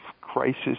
crisis